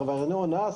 עברייני הונאה,